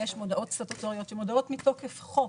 יש מודעות סטטוטוריות שהן מתוקף חוק: